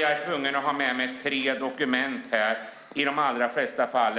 Jag är tvungen att ha med mig tre dokument i de allra flesta fall.